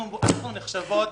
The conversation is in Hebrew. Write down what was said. אנחנו נחשבות,